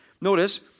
notice